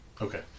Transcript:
Okay